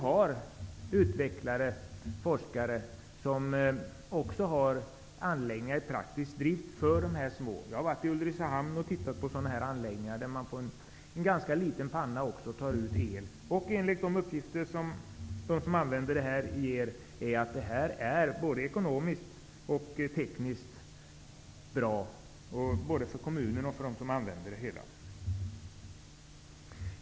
Det finns forskare som har utvecklat det här och har små anläggningar i praktisk drift. Jag har varit i Ulricehamn och tittat på sådana här anläggningar, där man också tar ut el med en ganska liten panna. Enligt dem som använder sådana här anläggningar är de både ekonomiskt och tekniskt bra både för kommunen och för användarna.